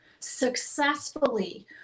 successfully